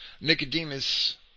Nicodemus